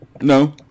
No